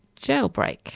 Jailbreak